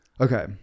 okay